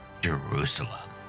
Jerusalem